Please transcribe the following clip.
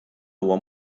huwa